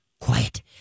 quiet